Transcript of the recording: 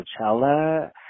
Coachella